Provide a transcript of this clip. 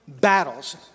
battles